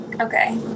okay